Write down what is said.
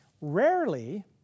Rarely